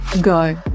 go